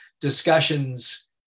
discussions